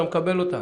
אתה מקבל אותן,